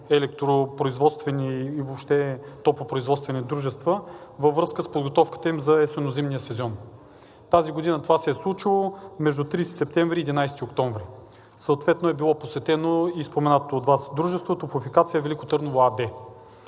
електропроизводствени и въобще топлопроизводствени дружества във връзка с подготовката им за есенно-зимния сезон. Тази година това се е случило между 30 септември и 11 октомври. Съответно е било посетено и споменателното от Вас дружество, „Топлофикация – Велико Търново“ АД.